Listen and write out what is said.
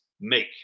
make